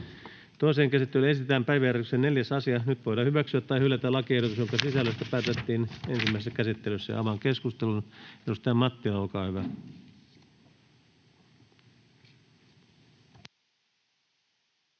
Toiseen käsittelyyn esitellään päiväjärjestyksen 4. asia. Nyt voidaan hyväksyä tai hylätä lakiehdotus, jonka sisällöstä päätettiin ensimmäisessä käsittelyssä. — Avaan keskustelun. Edustaja Mattila, olkaa hyvä.